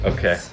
Okay